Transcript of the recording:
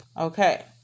Okay